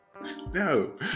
no